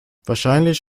wahrscheinlich